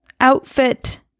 outfit